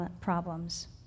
problems